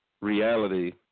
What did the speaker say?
reality